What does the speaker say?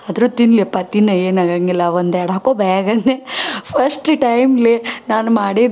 ಆದ್ರೂ ತಿನ್ನಲಿಯಪ್ಪ ತಿನ್ನು ಏನು ಆಗೋಂಗಿಲ್ಲ ಒಂದೆರಡು ಹಾಕ್ಕೋ ಬಾಯಾಗ ಅಂದೆ ಫಸ್ಟ್ ಟೈಮ್ಲೆ ನಾನು ಮಾಡಿದ್ದ